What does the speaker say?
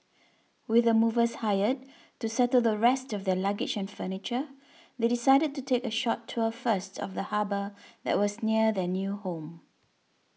with the movers hired to settle the rest of their luggage and furniture they decided to take a short tour first of the harbour that was near their new home